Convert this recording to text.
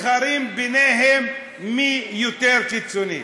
מתחרים ביניהם מי יותר קיצוני.